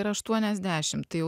ir aštuoniasdešimt tai jau